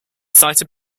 cited